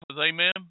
amen